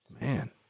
man